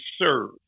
serve